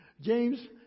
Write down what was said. James